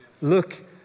Look